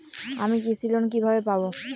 আমি কৃষি লোন কিভাবে পাবো?